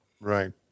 Right